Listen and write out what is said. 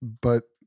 But-